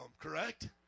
correct